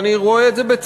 ואני רואה את זה בצער,